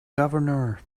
governor